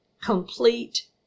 complete